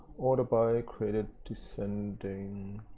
order by created descending.